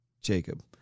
Jacob